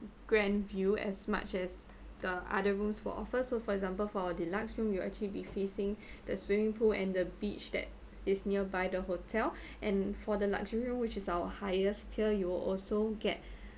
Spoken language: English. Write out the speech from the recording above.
grand view as much as the other rooms for offer so for example for deluxe room you actually be facing the swimming pool and the beach that is nearby the hotel and for the luxury room which is our highest tier you also get